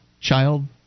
child